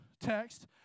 text